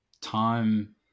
time